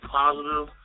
positive